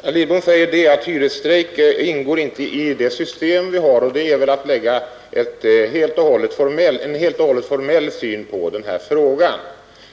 Herr talman! Herr Lidbom anser att hyresstrejk inte ingår i det system vi har på hyresmarknaden. Det är väl att anlägga en helt och hållet formell syn på den här frågan.